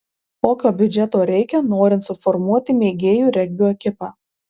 kokio biudžeto reikia norint suformuoti mėgėjų regbio ekipą